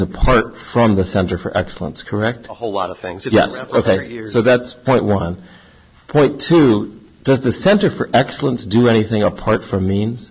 apart from the center for excellence correct a whole lot of things yes ok so that's point one point two does the center for excellence do anything apart from means